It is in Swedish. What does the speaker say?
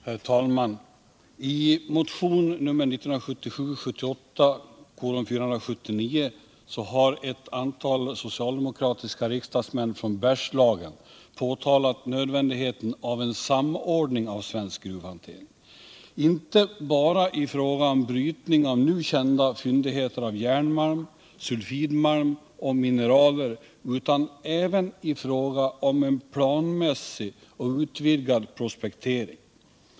Herr talman! I motionen 1977/78:479 har ett antal socialdemokratiska riksdagsmän från Bergslagen pekat på nödvändigheten av en samordning av svensk gruvhantering, inte bara i fråga om brytning av nu kända fyndigheter av järnmalm, sulfidmalm och mineraler, utan även i fråga om en planmässig och utvidgad prospektering.